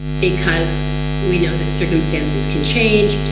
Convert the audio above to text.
because we know that circumstances can change,